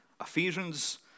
Ephesians